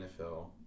NFL